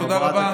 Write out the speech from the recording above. תודה רבה.